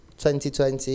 2020